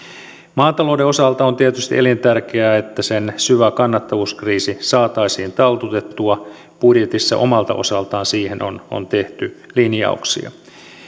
maatalouden osalta on tietysti elintärkeää että sen syvä kannattavuuskriisi saataisiin taltutettua budjetissa omalta osaltaan siihen on on tehty linjauksia